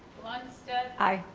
lundstedt. i.